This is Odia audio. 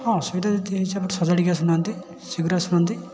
ହଁ ଅସୁବିଧା ଯଦି ହେଇଛି ଆପଣ ସଜାଡ଼ିକି ଆସୁନାହାନ୍ତି ଶୀଘ୍ର ଆସୁନାହାନ୍ତି